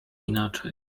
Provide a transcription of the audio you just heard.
inaczej